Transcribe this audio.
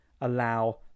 allow